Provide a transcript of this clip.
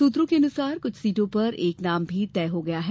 सूत्रों के मुताबिक कृछ सीटों पर एक नाम भी तय हो गया है